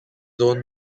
owned